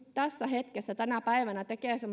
tässä hetkessä tänä päivänä tekevät